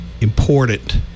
important